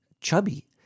chubby